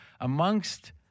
amongst –